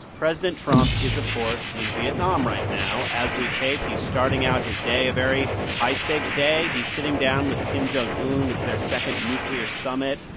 president trump is, of course, in vietnam right now as we tape. he's starting out his day, a very high-stakes day. he's sitting down with kim jong un. it's their second nuclear summit.